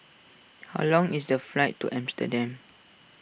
how long is the flight to Amsterdam